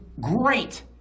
great